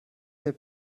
der